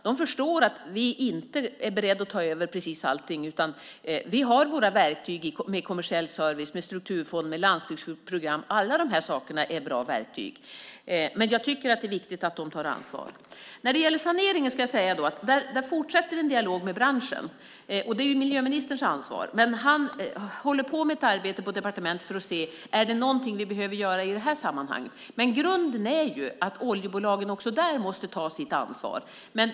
De förstår att vi inte är beredda att ta över precis allting. Vi har våra verktyg med kommersiell service, strukturfond och landsbygdsprogram. Allt det är bra verktyg. Jag tycker att det är viktigt att de tar ansvar. När det gäller saneringen fortsätter en dialog med branschen. Det är ju miljöministerns ansvar. Han håller på med ett arbete på departementet för att se om det är någonting vi behöver göra i det här sammanhanget. Grunden är att oljebolagen också där måste ta sitt ansvar.